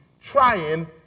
trying